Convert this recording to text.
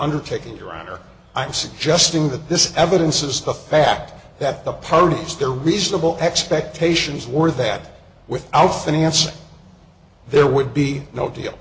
undertaking your honor i'm suggesting that this evidence is the fact that the parties the reasonable expectations were that without finance it there would be no deal